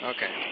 Okay